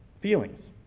feelings